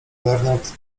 bernard